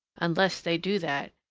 unless they do that,